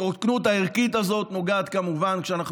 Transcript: ההתרוקנות הערכית הזאת נוגעת כמובן כשאנחנו